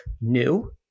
new